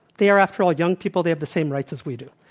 they are after all young people. they have the same rights as we do.